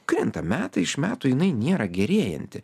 krinta metai iš metų jinai nėra gerėjanti